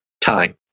time